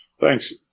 thanks